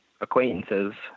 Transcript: acquaintances